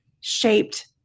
shaped